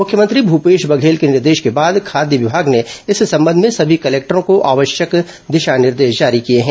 मुख्यमंत्री भूपेश बघेल के निर्देश के बाद खाद्य विभाग ने इस संबंध में सभी कलेक्टरों को आवश्यक दिशा निर्देश जारी किए हैं